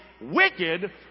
wicked